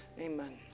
amen